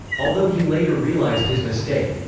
although he later realized his mistake.